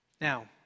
Now